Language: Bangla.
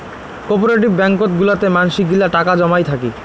কোপরেটিভ ব্যাঙ্কত গুলাতে মানসি গিলা টাকা জমাই থাকি